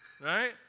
Right